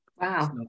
Wow